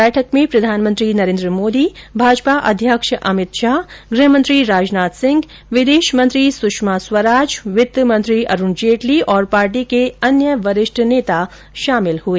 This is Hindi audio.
बैठक में प्रधानमंत्री नरेन्द्र मोदी भाजपा अध्यक्ष अमित शाह गृह मंत्री राजनाथ सिंह विदेश मंत्री सुषमा स्वराज वित्त मंत्री अरुण जेटली और पार्टी के वरिष्ठ नेता शामिल हुए